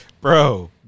bro